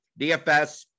DFS